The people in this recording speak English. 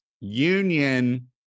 union